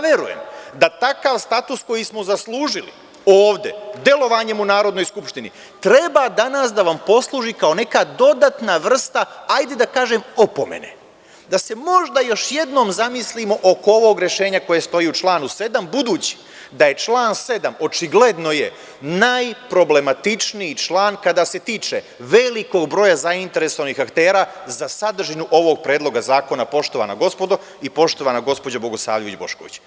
Verujem da takav status, koji smo zaslužili ovde delovanjem u Narodnoj skupštini, treba danas da vam posluži kao neka dodatna vrsta, hajde da kažem, opomene, da se možda još jednom zamislimo oko ovog rešenja koje stoji u članu 7, budući da je član 7. očigledno najproblematičniji član kada se tiče velikog broja zainteresovanih aktera za sadržinu ovog Predloga zakona, poštovana gospodo i poštovana gospođo Bogosavljević Bošković.